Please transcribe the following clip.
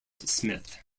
smith